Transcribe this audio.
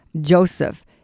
Joseph